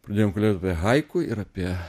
pradėjom kalbėt apie haiku ir apie